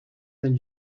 than